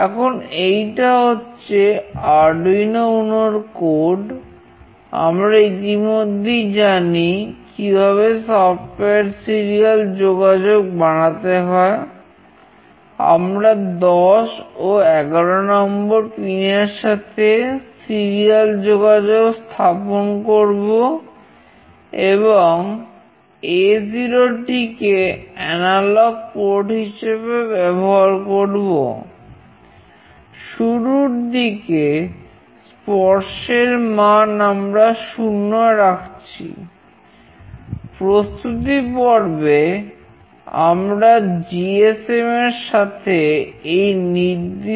এখন এইটা হচ্ছে আরডুইনো উনোমান High রাখছি